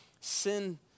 sin